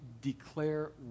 declare